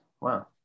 Wow